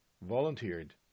volunteered